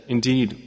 Indeed